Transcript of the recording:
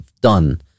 done